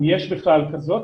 אם יש בכלל כזאת,